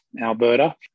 Alberta